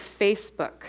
Facebook